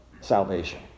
salvation